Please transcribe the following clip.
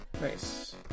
Nice